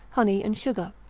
honey and sugar.